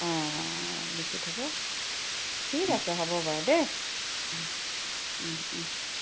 অঁ লিখি থ'ব ঠিক আছে হ'ব বাৰু দেই ও ও ও